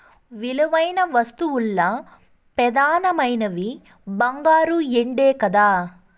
విలువైన వస్తువుల్ల పెదానమైనవి బంగారు, ఎండే కదా